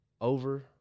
over